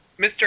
Mr